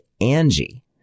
Angie